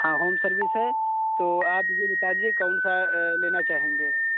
हाँ home service है तो आप ये बता दीजिए कौन सा लेना चाहेंगे